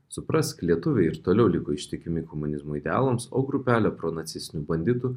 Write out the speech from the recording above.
suprask lietuviai ir toliau liko ištikimi komunizmo idealams o grupelė pronacistinių banditų